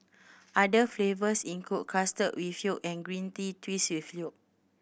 other flavours include custard with yolk and green tea twist with yolk